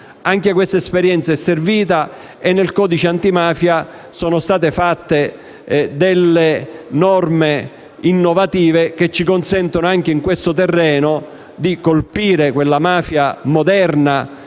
Anche questa esperienza è servita e nel codice antimafia sono state previste norme innovative che ci consentono, anche su questo fronte, di colpire quella mafia moderna